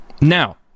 Now